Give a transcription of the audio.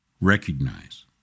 Recognize